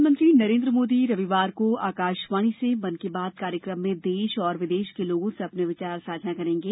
मन की बात प्रधानमंत्री नरेन्द्र मोदी रविवार को आकाशवाणी से मन की बात कार्यक्रम में देश और विदेश के लोगों से अपने विचार साझा करेंगे